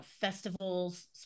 festivals